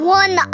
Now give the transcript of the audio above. one